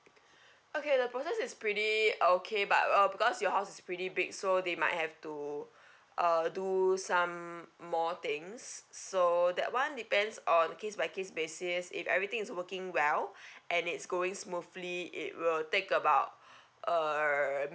okay the process is pretty okay but uh because your house is pretty big so they might have to uh do some more things so that one depends on case by case basis if everything is working well and it's going smoothly it will take about err